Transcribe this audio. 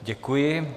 Děkuji.